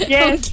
Yes